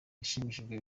yashimishijwe